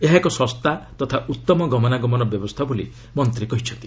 ଏହା ଏକ ଶସ୍ତା ତଥା ଉତ୍ତମ ଗମନାଗମନ ବ୍ୟବସ୍ଥା ବୋଲି ମନ୍ତ୍ରୀ କହିଛନ୍ତି